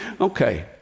Okay